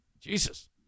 Jesus